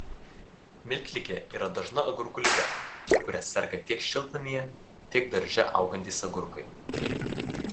miltligė yra dažna agurkų liga kuria serga tiek šiltnamyje tiek darže augantys agurkai